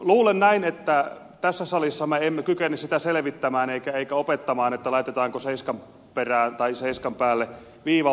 luulen näin että tässä salissa me emme kykene sitä selvittämään emmekä opettamaan laitetaanko seiskan päälle viiva vai ei